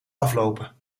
aflopen